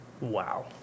Wow